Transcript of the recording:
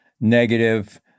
negative